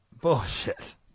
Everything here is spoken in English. Bullshit